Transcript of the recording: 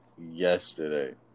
yesterday